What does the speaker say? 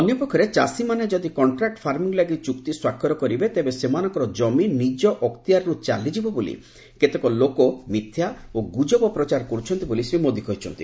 ଅନ୍ୟପକ୍ଷରେ ଚାଷୀମାନେ ଯଦି କଣ୍ଟ୍ରାକୁ ଫାର୍ମିଂ ଲାଗି ଚୁକ୍ତି ସ୍ୱାକ୍ଷର କରିବେ ତେବେ ସେମାନଙ୍କର ଜମି ନିଜ ଅକ୍ତିଆରରୁ ଚାଲିଯିବ ବୋଲି କେତେକ ଲୋକ ମିଥ୍ୟା ଓ ଗୁଜବ ପ୍ରଚାର କରୁଛନ୍ତି ବୋଲି ଶ୍ରୀ ମୋଦୀ କହିଛନ୍ତି